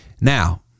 Now